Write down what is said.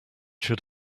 should